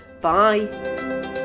Bye